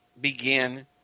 begin